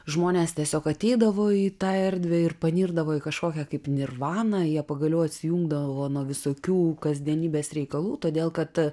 žmonės tiesiog ateidavo į tą erdvę ir panirdavo į kažkokią kaip nirvaną jie pagaliau atsijungdavo nuo visokių kasdienybės reikalų todėl kad